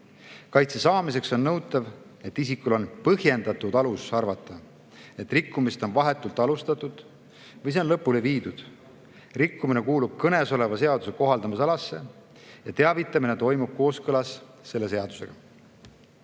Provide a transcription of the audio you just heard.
Kaitse saamiseks on nõutav, et isikul on põhjendatud alus arvata, et rikkumist on vahetult alustatud või see on lõpule viidud, rikkumine kuulub kõnesoleva seaduse kohaldamisalasse ja teavitamine toimub kooskõlas selle seadusega. Oluline